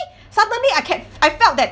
suddenly I can I felt that